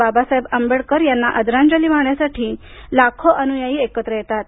बाबासाहेब आंबेडकर यांना आदरांजली वाहण्यासाठी लाखो अनुयायी एकत्र येतात